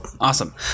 Awesome